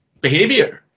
behavior